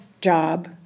job